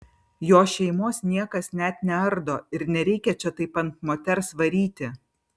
jo šeimos niekas net neardo ir nereikia čia taip ant moters varyti